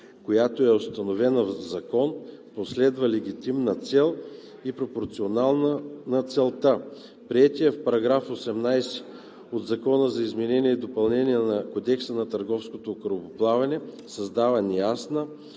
която е установена в закон, преследва легитимна цел и е пропорционална на целта. Приетият § 18 от Закона за изменение и допълнение на Кодекса на търговското корабоплаване създава неясна